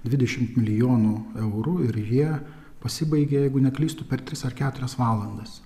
dvidešim milijonų eurų ir jie pasibaigė jeigu neklystu per tris ar keturias valandas